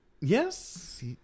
Yes